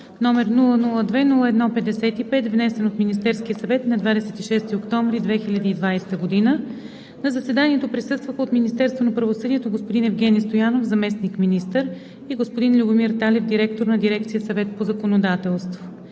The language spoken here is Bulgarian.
№ 002-01-55, внесен от Министерския съвет на 26 октомври 2020 г. На заседанието присъстваха от Министерството на правосъдието: господин Евгени Стоянов – заместник-министър, и господин Любомир Талев – директор на дирекция „Съвет по законодателство“.